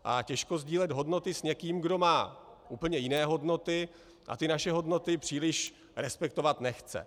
A těžko sdílet hodnoty s někým, kdo má úplně jiné hodnoty a ty naše hodnoty příliš respektovat nechce.